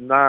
na